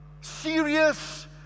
serious